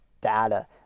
data